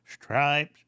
stripes